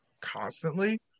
constantly